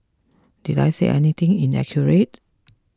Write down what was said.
did I say anything inaccurate